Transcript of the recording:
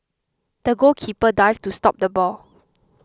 the goalkeeper dived to stop the ball